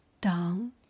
down